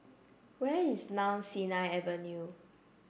where is Mount Sinai Avenue